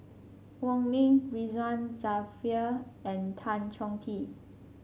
Wong Ming Ridzwan Dzafir and Tan Chong Tee